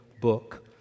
book